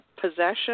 possession